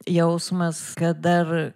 jausmas kad dar